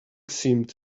seemed